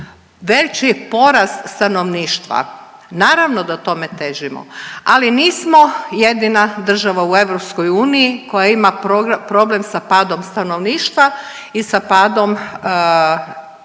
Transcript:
veći je porast stanovništva? Naravno da tome težimo, ali nismo jedina država u EU koja ima problem sa padom stanovništva i sa padom fertiliteta